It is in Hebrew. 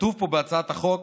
כתוב פה בהצעת החוק